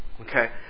Okay